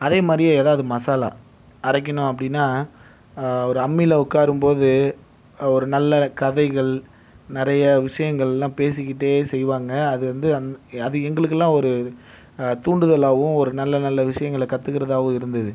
அதே மாதிரியே ஏதாவது மசாலா அரைக்கணும் அப்படின்னா ஒரு அம்மியில் உட்காரும் போது ஒரு நல்ல கதைகள் நிறைய விஷயங்களெல்லாம் பேசிக்கிட்டே செய்வாங்க அது வந்து அது எங்களுக்கெல்லாம் ஒரு தூண்டுதலாகவும் ஒரு நல்ல நல்ல விஷயங்கள கத்துகிறதாகவும் இருந்தது